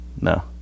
No